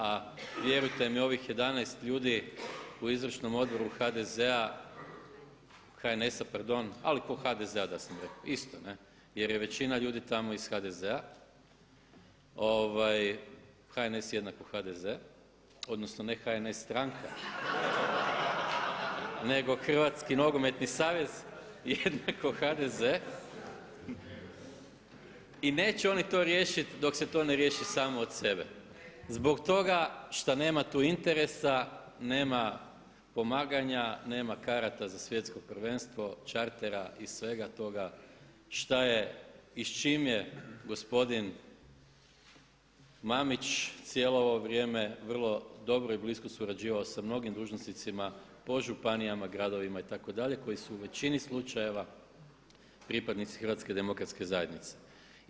A vjerujete mi ovih 11 ljudi u izvršnom odboru HDZ-a, HNS-a pardon, ali kao HDZ-a da sam rekao, isto jer je većina ljudi tamo iz HDZ-a, HNS=HDZ, odnosno ne HNS stranka nego Hrvatski nogometni savez=HDZ i neće oni to riješiti dok se to ne riješi samo od sebe zbog toga šta nema tu interesa, nema pomaganja, nema karata za svjetsko prvenstvo, čartera i svega toga šta je i s čime je gospodin Mamić cijelo ovo vrijeme vrlo dobro i blisko surađivao sa mnogim dužnosnicima po županijama, gradovima itd., koji su po većini slučajeva pripadnici HDZ-a.